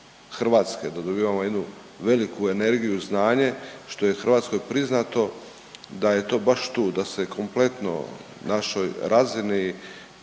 Hrvatske, da dobivamo jednu veliku energiju i znanje što je Hrvatskoj priznato da je to baš tu da se kompletno našoj razini